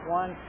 one